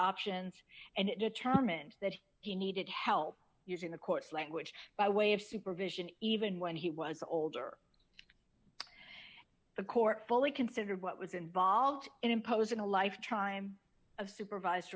options and it determined that he needed help using the courts language by way of supervision even when he was older the court fully considered what was involved in imposing a lifetime of supervise